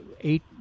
eight